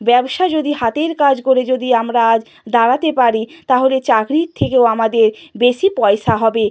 ব্যবসা যদি হাতের কাজ করে যদি আমরা আজ দাঁড়াতে পারি তাহলে চাকরির থেকেও আমাদের বেশি পয়সা হবে